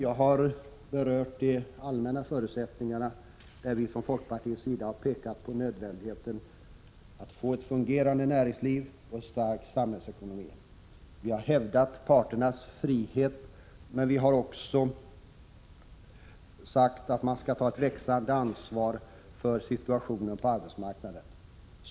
Jag har berört de allmänna förutsättningarna där vi från folkpartiets sida pekat på nödvändigheten av att få ett fungerande näringsliv och en stark samhällsekonomi. Vi har hävdat parternas frihet, men vi har också sagt att man skall ta ett växande ansvar för situationen på arbetsmarknaden.